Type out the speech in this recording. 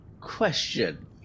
question